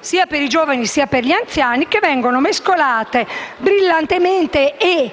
sia ai giovani che agli anziani, che vengono mescolate, brillantemente e